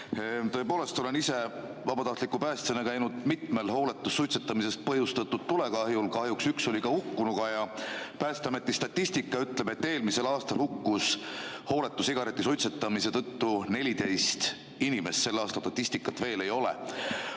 Tõepoolest, olen ise vabatahtliku päästjana käinud mitmel hooletust suitsetamisest põhjustatud tulekahjul, kahjuks üks oli ka hukkunuga. Päästeameti statistika ütleb, et eelmisel aastal hukkus hooletu sigaretisuitsetamise tõttu 14 inimest, selle aasta statistikat veel ei ole.